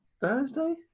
Thursday